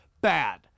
bad